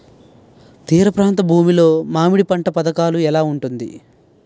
తీర ప్రాంత భూమి లో మామిడి పంట పథకాల ఎలా ఉంటుంది?